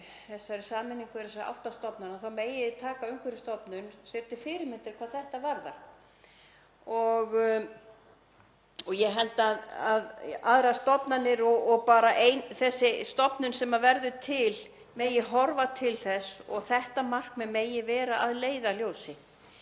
að sameiningu þessara átta stofnana, taka Umhverfisstofnun sér til fyrirmyndar hvað þetta varðar. Ég held að aðrar stofnanir og bara þessi stofnun sem verði til megi horfa til þess og þetta markmið megi vera að leiðarljósi,